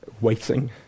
waiting